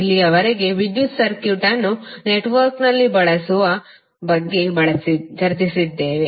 ಇಲ್ಲಿಯವರೆಗೆ ವಿದ್ಯುತ್ ಸರ್ಕ್ಯೂಟ್ಅನ್ನು ನೆಟ್ವರ್ಕ್ನಲ್ಲಿ ಬಳಸುವ ಬಗ್ಗೆ ಚರ್ಚಿಸಿದ್ದೇವೆ